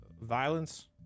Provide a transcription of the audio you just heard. violence